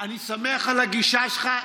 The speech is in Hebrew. אני שמח על הגישה שלך.